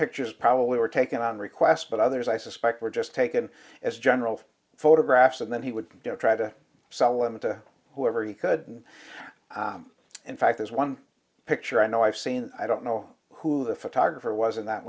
pictures probably were taken on request but others i suspect were just taken as general photographs and then he would try to sell them to whoever he couldn't in fact as one picture i know i've seen i don't know who the photographer was in that